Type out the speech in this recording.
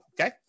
Okay